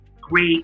great